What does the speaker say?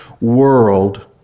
world